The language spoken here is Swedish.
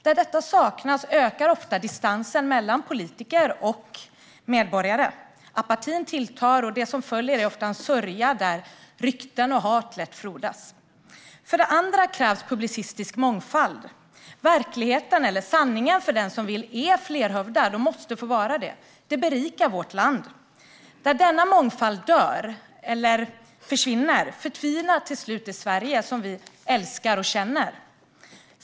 När detta saknas ökar ofta distansen mellan politiker och medborgare. Apatin tilltar, och det som följer är ofta en sörja där rykten och hat lätt frodas. För det andra krävs publicistisk mångfald. Verkligheten, eller sanningen, är flerhövdad och måste få vara det. Det berikar vårt land. När denna mångfald dör eller försvinner förtvinar till slut det Sverige som vi älskar och känner.